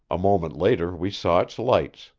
a moment later we saw its lights,